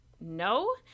No